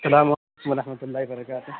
اسلام علیکم ورحمتہ اللہ و برکاتہ